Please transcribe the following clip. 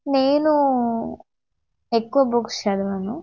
నేను ఎక్కువ బుక్స్ చదవను